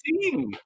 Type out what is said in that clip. team